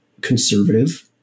conservative